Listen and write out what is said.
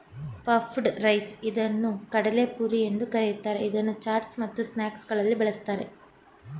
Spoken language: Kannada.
ಪಫ್ಡ್ ರೈಸ್ ಇದನ್ನು ಕಡಲೆಪುರಿ ಎಂದು ಕರಿತಾರೆ, ಇದನ್ನು ಚಾಟ್ಸ್ ಮತ್ತು ಸ್ನಾಕ್ಸಗಳಲ್ಲಿ ಬಳ್ಸತ್ತರೆ